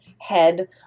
head